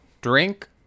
Drink